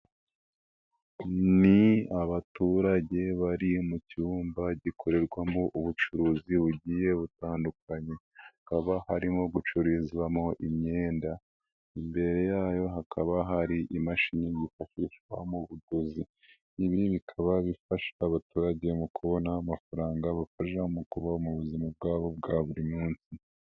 Ni abaturage bari mu cyumba gikorerwamo ubucuruzi bugiye butandukanye. Hakaba harimo gucururizwamo imyenda. Imbere yayo hakaba hari imashini byifashishwa mu buguzi. Ibi bikaba bifasha abaturage mu kubona amafaranga, abafasha mu kubaho mu buzima bwabo bwa buri munsi.